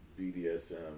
BDSM